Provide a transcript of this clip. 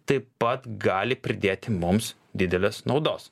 taip pat gali pridėti mums didelės naudos